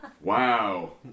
Wow